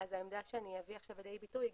העמדה שאביא עכשיו לידי ביטוי,